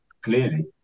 Clearly